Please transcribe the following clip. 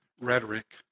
rhetoric